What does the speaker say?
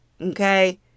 Okay